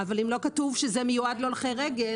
אבל אם לא כתוב שזה מיועד להולכי רגל?